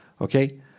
Okay